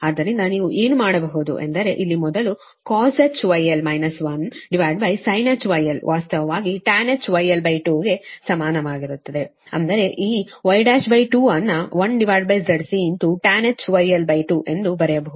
ಆದ್ದರಿಂದ ನೀವು ಏನು ಮಾಡಬಹುದು ಎಂದರೆ ಇಲ್ಲಿ ಮೊದಲುcosh γl 1sinh γl ವಾಸ್ತವವಾಗಿ tanh γl2 ಗೆ ಸಮಾನವಾಗಿರುತ್ತದೆ ಅಂದರೆ ಈ Y12 ಅನ್ನು 1ZCtanh γl2 ಎಂದು ಬರೆಯಬಹುದು